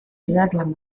idazlan